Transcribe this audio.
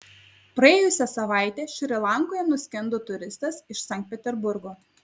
praėjusią savaitę šri lankoje nuskendo turistas iš sankt peterburgo